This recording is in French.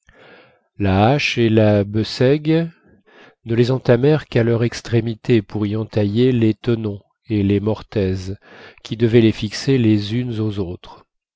la hache et la besaiguë ne les entamèrent qu'à leurs extrémités pour y entailler les tenons et les mortaises qui devaient les fixer les unes aux autres